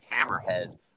Hammerhead